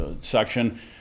section